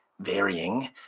varying